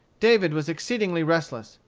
david was exceedingly restless.